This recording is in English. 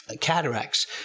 cataracts